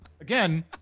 Again